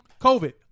COVID